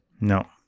No